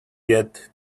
yet